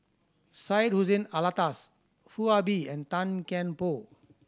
Syed Hussein Alatas Foo Ah Bee and Tan Kian Por